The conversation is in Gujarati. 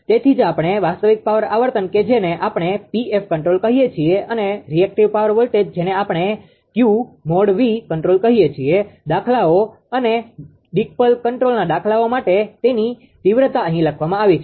તેથી જ આપણે વાસ્તવિક પાવર આવર્તન કે જેને આપણે P f કન્ટ્રોલ કહીએ છીએ અને રિએક્ટિવ પાવર વોલ્ટેજ જેને આપણે Q કન્ટ્રોલ કહીએ છીએ દાખલાઓ અને ડી કપલ કન્ટ્રોલના દાખલાઓ માટે તેની તીવ્રતા અહી લખવામાં આવી છે